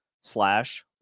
slash